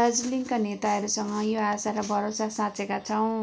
दार्जिलिङका नेताहरूसँग यो आशा र भरोसा साचेँका छौँ